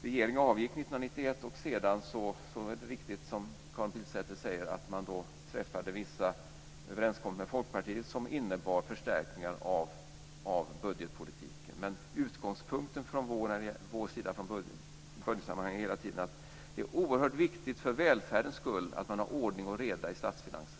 Regeringen avgick 1991, och sedan träffade man vissa överenskommelser med Folkpartiet, som Karin Pilsäter mycket riktigt sade, som innebar förstärkningar av budgetpolitiken. Men vår utgångspunkt i budgetsammanhang är hela tiden att det är oerhört viktigt för välfärdens skull att man har ordning och reda i statsfinanserna.